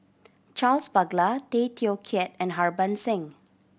Charles Paglar Tay Teow Kiat and Harbans Singh